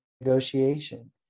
negotiation